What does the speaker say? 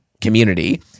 community